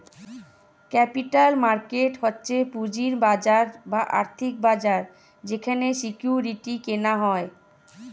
capital market হচ্ছে পুঁজির বাজার বা আর্থিক বাজার যেখানে সিকিউরিটি কেনা হয়